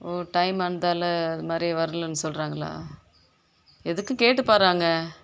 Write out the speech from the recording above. ஓ time ஆனதால இது மாதிரி வரலைன்னு சொல்கிறாங்களா எதுக்கும் கேட்டுப்பார் அங்கே